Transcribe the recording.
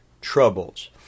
troubles